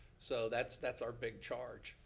so that's that's our big charge.